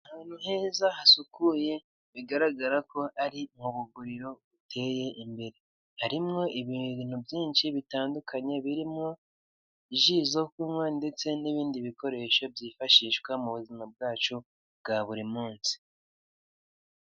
Ahantu heza hasukuye bigaragara ko ari nkubuguriro buteye imbere harimwo ibintu byinshi bitandukanye birimo ji zo kunywa ndetse n'ibindi bikoresho byifashishwa mu buzima bwacu bwa buri munsi.